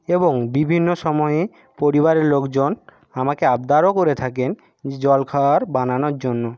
এবং বিভিন্ন সময়ে পরিবারের লোকজন আমাকে আবদারও করে থাকেন যে জলখাবার বানানোর জন্য